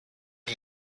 die